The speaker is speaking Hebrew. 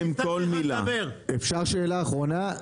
אפשר שאלה אחרונה?